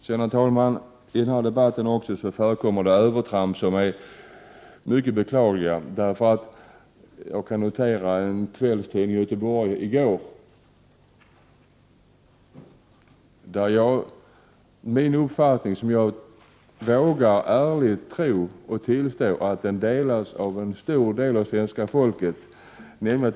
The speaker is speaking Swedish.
Herr talman! I denna debatt förekommer det övertramp som är mycket beklagliga. Jag noterade bl.a. vad en kvällstidning från Göteborg skrev i går. Jag vågar ärligt tro och tillstå att min uppfattning delas av en stor del av svenska folket.